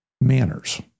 manners